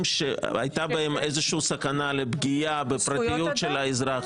שהייתה בהם איזושהי סכנה לפגיעה בפרטיות של האזרח,